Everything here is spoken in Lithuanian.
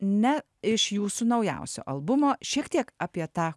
ne iš jūsų naujausio albumo šiek tiek apie tą